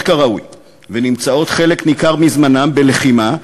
כראוי אלא נמצאות חלק ניכר מזמן בלחימה,